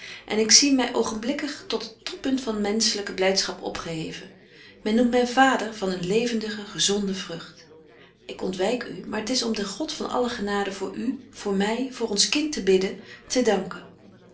en ik zie my oogenblikkig tot het toppunt van menschelyke blytschap opgeheven men noemt my vader van een levendige gezonde vrugt ik ontwyk u maar t is om den god van alle genade voor u voor my voor ons kind te bidden te danken